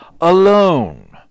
alone